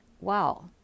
wow